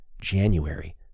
january